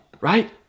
right